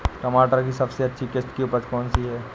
टमाटर की सबसे अच्छी किश्त की उपज कौन सी है?